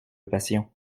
passion